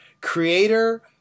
Creator